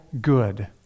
good